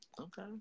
Okay